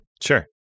sure